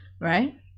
right